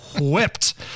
whipped